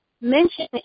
mention